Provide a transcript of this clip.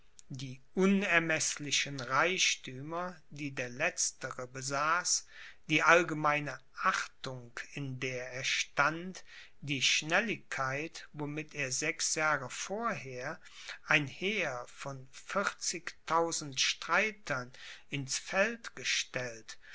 die unermeßlichen reichthümer die der letztere besaß die allgemeine achtung in der er stand die schnelligkeit womit er sechs jahre vorher ein heer von vierzigtausend streitern ins feld gestellt